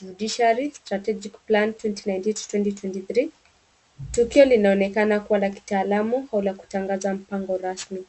judiciary strategic plan 2019 to 2023 . Tukio linaonekana kuwa la kitaalamu au kutangaza mpango rasmi.